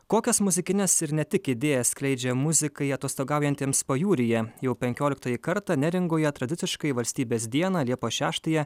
kokias muzikines ir ne tik idėjas skleidžia muzikai atostogaujantiems pajūryje jau penkioliktąjį kartą neringoje tradiciškai valstybės dieną liepos šeštąją